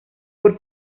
por